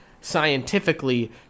Scientifically